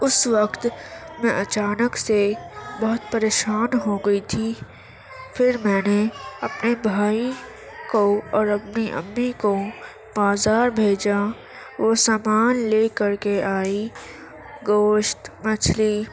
اس وقت میں اچانک سے بہت پریشان ہو گئی تھی پھر میں نے اپنے بھائی کو اور اپنی امی کو بازار بھیجا وہ سامان لے کر کے آئیں گوشت مچھلی